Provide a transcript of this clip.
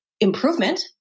improvement